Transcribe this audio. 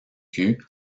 cul